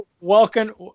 welcome